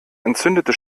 entzündete